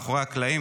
מאחורי הקלעים.